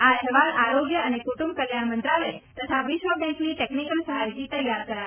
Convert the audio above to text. આ અહેવાલ આરોગ્ય અને કુટુંબ કલ્યાણ મંત્રાલય તથા વિશ્વ બેંકની ટેકનીકલ સહાયથી તૈયાર કરાયો છે